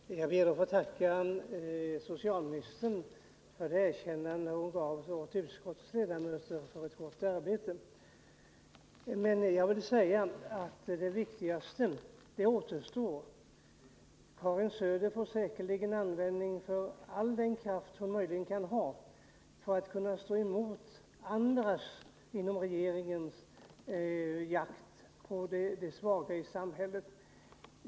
Herr talman! Jag ber att få tacka socialministern för det erkännande hon gav utskottets ledamöter för ett gott arbete. Men jag vill säga att det viktigaste återstår. Karin Söder får säkerligen användning för all den kraft hon möjligen har för att kunna stå emot den jakt som bedrivs av andra personer inom regeringen på de svaga i samhället.